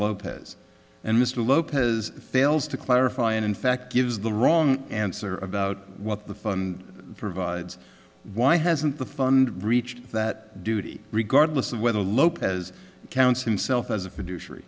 lopez and mr lopez fails to clarify and in fact gives the wrong answer about what the fund provides why hasn't the fund reached that duty regardless of whether lopez counts himself as a